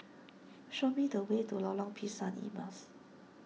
show me the way to Lorong Pisang Emas